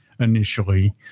initially